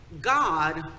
God